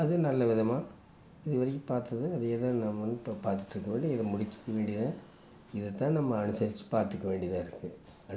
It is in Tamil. அதுவும் நல்ல விதமாக இது வரைக்கும் பார்த்தது அதையே தான் நம்ம வந்து இப்போ பார்த்துட்ருக்கமே ஒழிய இது முடித்த பின்னாடியே இதைத்தான் நம்ம அனுசரித்து பாத்துக்க வேண்டியதாக இருக்குது